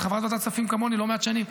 את חברת ועדת כספים כמוני לא מעט שנים,